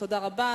תודה רבה.